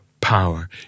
power